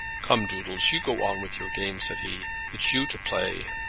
come, doodles, you go on with your game, said he it's you to play.